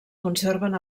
conserven